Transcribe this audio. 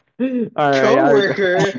Co-worker